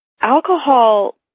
alcohol